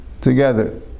together